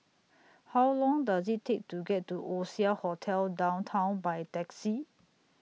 How Long Does IT Take to get to Oasia Hotel Downtown By Taxi